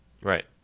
Right